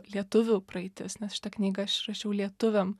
lietuvių praeitis nes šitą knygą aš rašiau lietuviam